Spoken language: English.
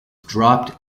dropped